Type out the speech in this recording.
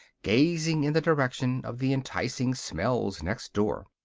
gazing in the direction of the enticing smells next door.